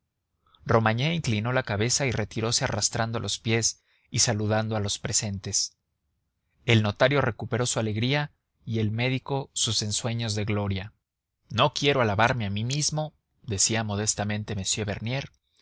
romagné inclinó la cabeza y retirose arrastrando los pies y saludando a los presentes el notario recuperó su alegría y el médico sus ensueños de gloria no quiero alabarme a mí mismo decía modestamente m bernier